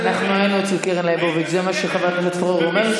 אנחנו היינו אצל קרן לייבוביץ' זה מה שחבר הכנסת פורר אומר.